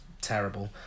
terrible